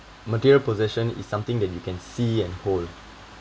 material possession is something that you can see and cold